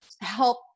help